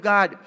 God